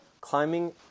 climbing